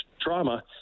trauma